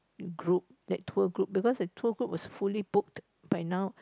group that tour group because the tour group was fully booked by now